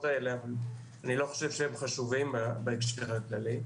שנזכרו אבל אין חשיבות להתעכב עליהם כעת.